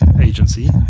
agency